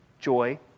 joy